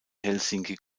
helsinki